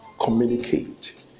communicate